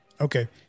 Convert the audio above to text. Okay